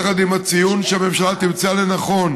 יחד עם הציון שבו הממשלה תמצא לנכון